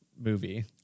movie